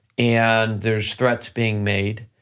and there's threats being made,